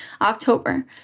October